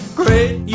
great